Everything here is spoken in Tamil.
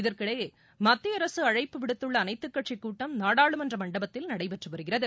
இதற்கிடையே மத்திய அரசு அழைப்பு விடுத்துள்ள அனைத்து கட்சி கூட்டம் நாடாளுமன்ற மண்டபத்தில் நடைபெற்று வருகிறது